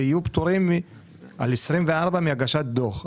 ויהיו פטורים על 24' מהגשת דוח.